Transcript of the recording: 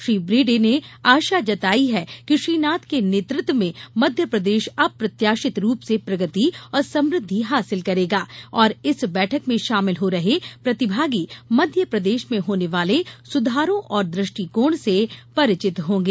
Shri Brende ने आशा व्यक्त की है कि श्री नाथ के नेतृत्व में मध्यप्रदेश अप्रत्याशित रूप से प्रगति और समुद्धि हासिल करेगा और इस बैठक में शामिल हो रहे प्रतिभागी मध्यप्रदेश में होने वाले सुधारों और दृष्टिकोण से परिचित होंगे